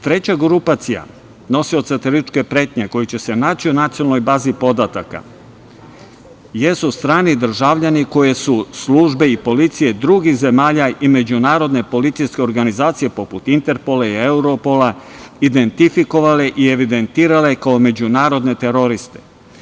Treća grupacija nosioca terorističke pretnje koja će se naći u nacionalnoj bazi podataka jesu strani državljani koje su službe i policije drugih zemalja i međunarodne policijske organizacije, poput Interpola i Europola, identifikovale i evidentirale kao međunarodne teroriste.